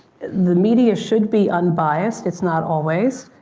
the media should be unbiased. it's not always.